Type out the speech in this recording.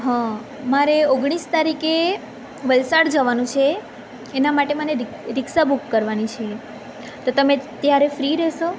હા મારે ઓગણીસ તારીકે વલસાડ જવાનું છે એના માટે મને રિક રિક્ષા બુક કરવાની છે તો તમે ત્યારે ફ્રી રહેશો